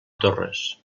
torres